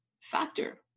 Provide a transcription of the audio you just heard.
factor